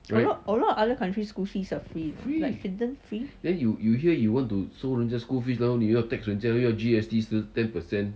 a lot a lot of other countries school fees are free like finland free